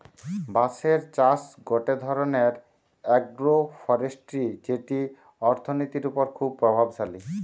বাঁশের চাষ গটে ধরণের আগ্রোফরেষ্ট্রী যেটি অর্থনীতির ওপর খুবই প্রভাবশালী